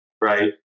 Right